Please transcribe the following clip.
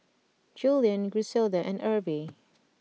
Julien Griselda and Erby